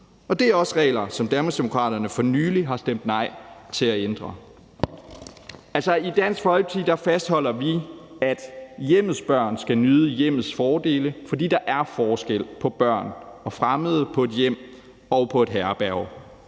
Det er også regler, som Danmarksdemokraterne for nylig har stemt nej til at ændre. I Dansk Folkeparti fastholder vi, at hjemmets børn skal nyde hjemmets fordele, for der er forskel på børn og fremmede på et hjem og på et herberg.